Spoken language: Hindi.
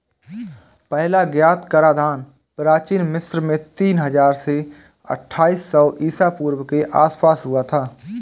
पहला ज्ञात कराधान प्राचीन मिस्र में तीन हजार से अट्ठाईस सौ ईसा पूर्व के आसपास हुआ था